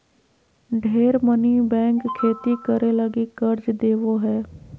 ढेर मनी बैंक खेती करे लगी कर्ज देवो हय